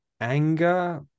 anger